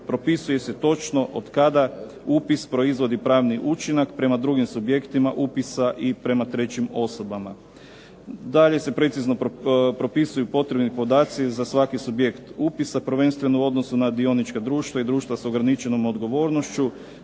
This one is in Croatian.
Propisuje se točno od kada upis proizvodi pravni učinak prema drugim subjektima upisa i prema trećim osobama. Dalje se precizno propisuju potrebni podaci za svaki subjekt upisa, prvenstveno u odnosu na dionička društva, i društva s ograničenom odgovornošću,